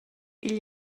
igl